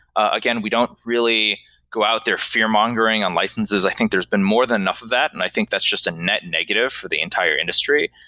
again, we don't really go out there fear mongering on licenses. i think there's been more than enough of that and i think that's just a net negative for the entire industry.